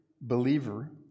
believer